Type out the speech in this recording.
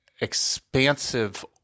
expansive